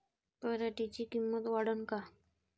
पराटीची किंमत वाढन का?